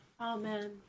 Amen